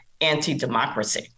anti-democracy